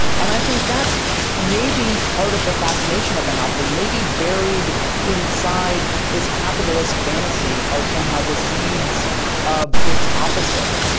and i think that's maybe part of the fascination of monopoly. maybe buried inside this capitalist fantasy are somehow the seeds of it's opposite.